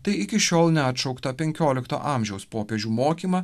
tai iki šiol neatšauktą penkiolikto amžiaus popiežių mokymą